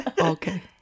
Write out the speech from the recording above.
okay